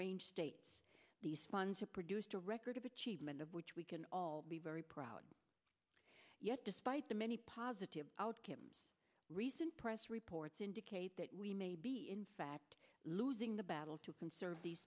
range states these funds are produced a record of achievement of which we can all be very proud yet despite the many positive outcomes recent press reports indicate that we may be in fact losing the battle to conserve the